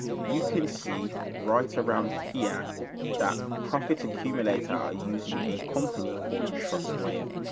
you can see right around here that profits accumulate are using a company called trustwave.